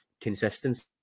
consistency